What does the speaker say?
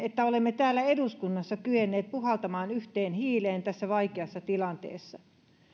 että olemme täällä eduskunnassa kyenneet puhaltamaan yhteen hiileen tässä vaikeassa tilanteessa